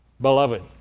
beloved